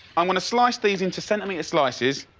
i'm gonna slice these into centimetre slices.